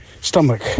stomach